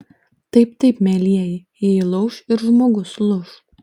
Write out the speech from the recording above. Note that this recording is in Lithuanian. taip taip mielieji jei lauš ir žmogus lūš